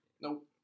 Nope